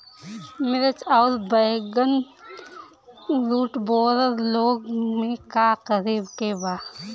मिर्च आउर बैगन रुटबोरर रोग में का करे के बा?